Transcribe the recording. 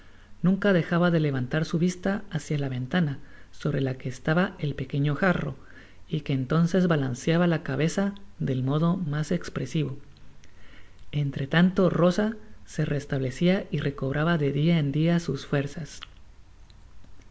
nunca dejaba de levantar su vista hacia la ventana sobre la que estaba el pequeño jarro y que entonces balanceaba la cabeza del modo mas espresivo entre tanto llosa se restablecia y recobraba de dia en dia sus fuerzas